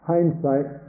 Hindsight